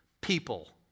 People